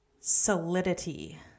solidity